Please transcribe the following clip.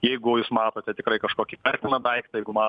jeigu jūs matote tikrai kažkokį įtartiną daiktą jeigu ma